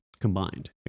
combined